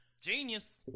Genius